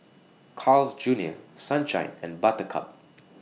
Carl's Junior Sunshine and Buttercup